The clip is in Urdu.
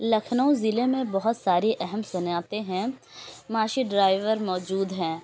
لکھنؤ ضلع میں بہت ساری اہم صنعتیں ہیں معاشی ڈرائیور موجود ہیں